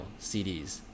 cds